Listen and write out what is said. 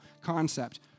concept